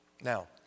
Now